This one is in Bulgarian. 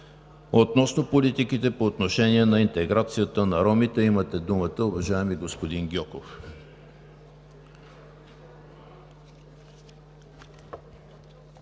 относно политиките по отношение на интеграцията на ромите. Имате думата, уважаеми господин Гьоков.